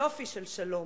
יופי של שלום.